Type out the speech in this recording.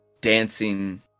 dancing